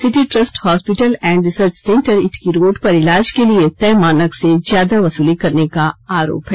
city trust hospital and research centre Itki road पर इलाज के लिए तय मानक से ज्यादा वसूली करने का आरोप है